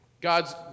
God's